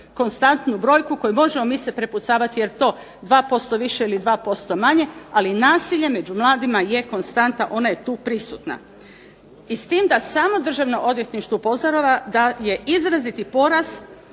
Konstantnu brojku, koju možemo mi se prepucavati jel to 2% više ili 2% manje, ali nasilje među mladima je konstanta. Ona je tu prisutna. I s tim da samo Državno odvjetništvo upozorava da je izraziti porast